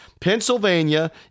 Pennsylvania